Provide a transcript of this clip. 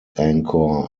anchor